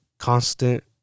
Constant